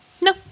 No